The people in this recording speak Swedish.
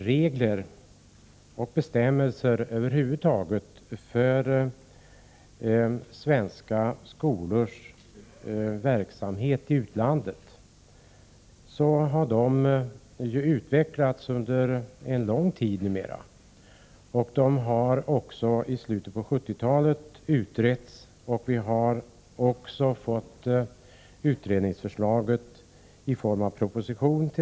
Regler och bestämmelser över huvud taget för svenska skolors verksamhet i utlandet har utvecklats under lång tid. En utredning företogs i slutet av 1970-talet, och utredningsförslaget presenterades för riksdagen i form av en proposition.